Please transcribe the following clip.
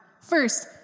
First